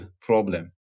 problem